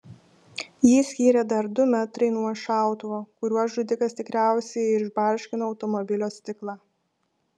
jį skyrė dar du metrai nuo šautuvo kuriuo žudikas tikriausiai išbarškino automobilio stiklą